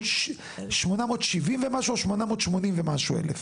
בין 870,000-880,000 שקלים,